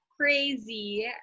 crazy